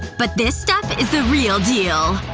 but this stuff is the real deal.